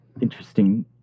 interesting